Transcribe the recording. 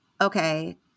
okay